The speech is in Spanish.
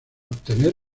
obtener